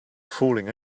fooling